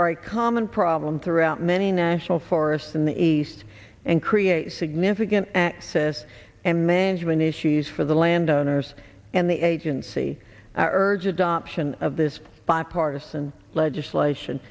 a common problem throughout many national forests in the east and create significant access and management issues for the landowners and the agency are urge adoption of this bipartisan legislation